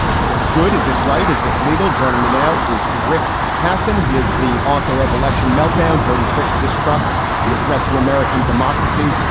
is this good? is this right? is this legal? joining me now is rick hasen. he is the author of election meltdown dirty tricks, distrust and the threat to american democracy.